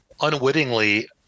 unwittingly